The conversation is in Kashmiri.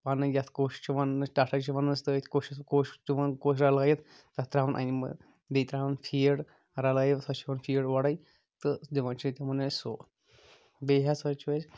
ونان یَتھ کوٚش چھِ ونان أسۍ ٹَٹھج چھِ وَنان أسۍ تٔتھۍ کوٚشَس کوٚش یِوان کوٚش رَلٲیِتھ تَتھ تراوان أنۍمہٕ بیٚیہِ تراوان فیٖڈ رَلایِتھ سۄ چھِ یِوان فیٖڈ اورَے تہٕ دِوان چھِ تِمن أسۍ ہُہ بیٚیہِ ہسا چھُ أسۍ